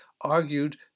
argued